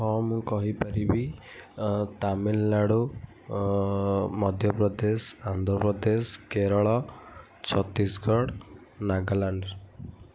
ହଁ ମୁଁ କହିପାରିବି ତାମିଲନାଡ଼ୁ ମଧ୍ୟପ୍ରଦେଶ ଆନ୍ଧ୍ରପ୍ରଦେଶ କେରଳ ଛତିଶଗଡ଼ ନାଗାଲାଣ୍ଡ